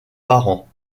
parents